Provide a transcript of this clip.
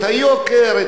את היוקר,